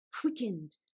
quickened